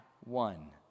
one